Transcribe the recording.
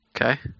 Okay